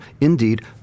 Indeed